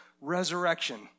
resurrection